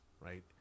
right